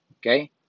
Okay